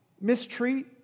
mistreat